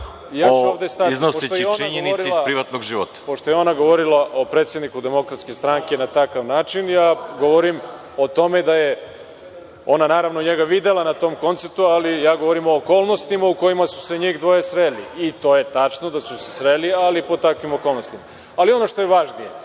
Ja ću ovde stati. Pošto je ona govorila o predsedniku DS na takav način, ja govorim o tome da je ona naravno njega videla na tom koncertu, ali ja govorim o okolnostima u kojima su se njih dvoje sreli, i to je tačno da su se sreli, ali pod takvim okolnostima. Ono što je važnije,